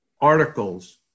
articles